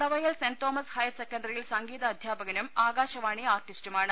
Nadavayal saint Thomas higher സെക്കണ്ടറിയിൽ സംഗീതാധ്യാപകനും ആകാശവാണി ആർട്ടിസ്റ്റുമാണ്